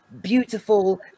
beautiful